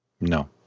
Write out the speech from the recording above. No